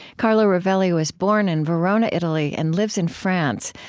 carlo rovelli was born in verona, italy and lives in france.